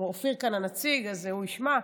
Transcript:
אופיר כאן הנציג, אז הוא ישמע.